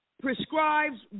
prescribes